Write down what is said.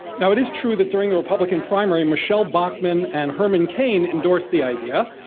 now, it is true that during the republican primary, michele bachmann and herman cain endorsed the idea